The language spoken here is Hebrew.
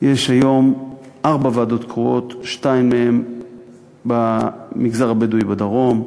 יש היום ארבע ועדות קרואות: שתיים מהן במגזר הבדואי בדרום,